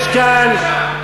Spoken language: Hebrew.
שילך לעזה, שיישאר שם.